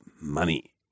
Money